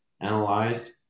analyzed